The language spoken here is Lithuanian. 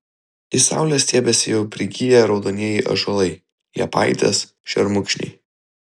į saulę stiebiasi jau prigiję raudonieji ąžuolai liepaitės šermukšniai